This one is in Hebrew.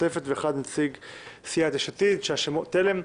ואחד נציג סיעת יש עתיד-תל"ם.